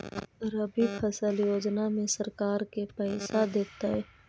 रबि फसल योजना में सरकार के पैसा देतै?